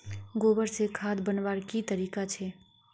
गोबर से खाद बनवार की तरीका छे?